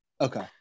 okay